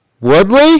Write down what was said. woodley